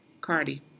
Cardi